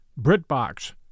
BritBox